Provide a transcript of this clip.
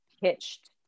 pitched